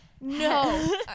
No